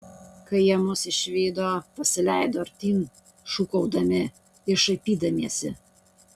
kai jie mus išvydo pasileido artyn šūkaudami ir šaipydamiesi